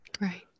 Right